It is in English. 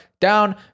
down